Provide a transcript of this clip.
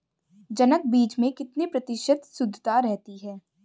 जनक बीज में कितने प्रतिशत शुद्धता रहती है?